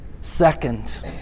second